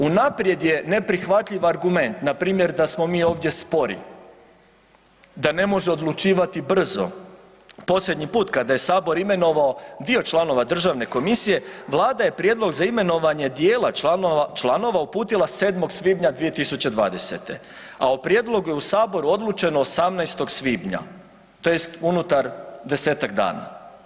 Unaprijed je neprihvatljiva argument npr. da smo mi ovdje spori, da ne može odlučivati brzo, posljednji put kada jse Sabor imenovao dio članova državne komisije Vlada je prijedlog za imenovanje dijela članova uputila 7. Svibnja 2020., a o prijedlogu je u Saboru odlučeno 18.svibnja, tj. unutar desetak dana.